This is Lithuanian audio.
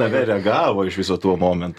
tave reagavo iš viso tuo momentu